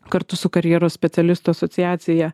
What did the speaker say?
kartu su karjeros specialistų asociacija